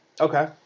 Okay